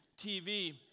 TV